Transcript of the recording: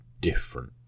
Different